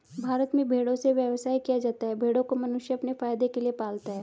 भारत में भेड़ों से व्यवसाय किया जाता है भेड़ों को मनुष्य अपने फायदे के लिए पालता है